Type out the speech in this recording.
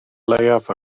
leiaf